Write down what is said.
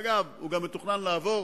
אגב, היא גם מתוכננת לעבור